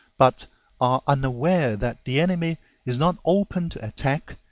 but are unaware that the enemy is not open to attack,